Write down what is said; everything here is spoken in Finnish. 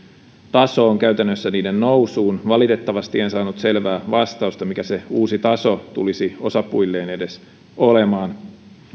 tasoon käytännössä niiden nousuun valitettavasti en saanut selvää vastausta mikä se uusi taso tulisi edes osapuilleen olemaan